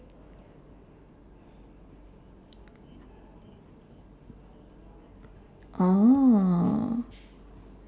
oh